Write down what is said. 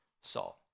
Saul